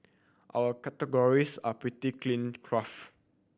our categories are pretty cleaned craft